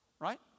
right